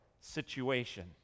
situation